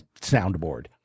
soundboard